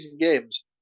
games